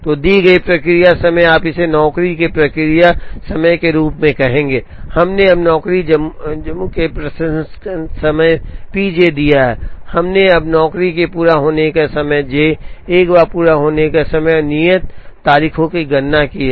तो दी गई प्रक्रिया समय आप इसे नौकरी की प्रक्रिया प्रक्रिया समय के रूप में कहेंगे हमने अब नौकरी जम्मू के प्रसंस्करण समय pj दिया है हमने अब नौकरी के पूरा होने का समय j एक बार पूरा होने का समय और नियत तारीखों की गणना की है